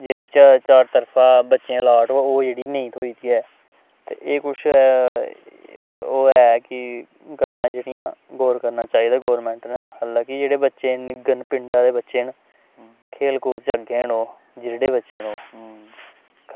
जेह्ड़ी बच्चे आस्तै अलॉट होऐ ओह् नेईं थ्होई दी ऐ ते एह् कुछ ओह् ऐ कि गल्लां जेह्कियां गौर करना चाहिदा गौरमेंट नै हालाकै जेह्ड़े बच्चे निग्गर न पिंडा दे बच्चे न खेल कुद च अग्गें न ओह् जिद्दी बच्चे न ओह्